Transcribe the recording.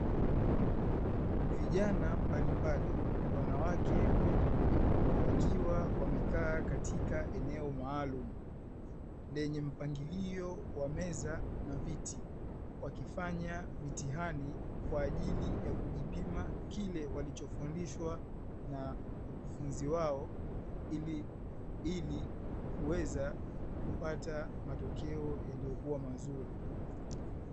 Vijana mbalimbali wanawake kwa wanaume wakiwa wamekaa katika eneo maalumu lenye mpangilio wa meza na viti, wakifanya mtihani kwa ajili ya kujipima kile walichofundishwa na mkufunzi wao ili kuweza kupata matokeo yaliyokuwa mzuri.